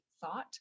thought